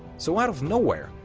so out of nowhere,